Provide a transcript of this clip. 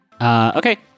Okay